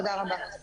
תודה רבה.